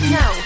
no